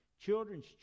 children's